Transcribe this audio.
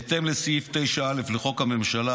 בהתאם לסעיף 9א לחוק הממשלה,